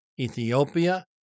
Ethiopia